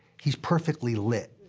he's perfectly lit.